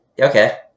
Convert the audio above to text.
Okay